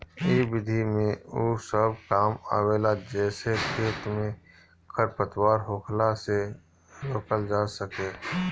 इ विधि में उ सब काम आवेला जेसे खेत में खरपतवार होखला से रोकल जा सके